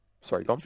sorry